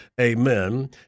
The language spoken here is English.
Amen